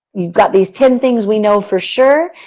got these ten things we know for sure,